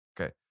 Okay